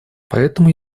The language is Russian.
поэтому